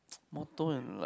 motto in life